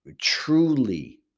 truly